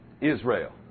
Israel